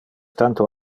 tanto